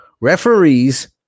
Referees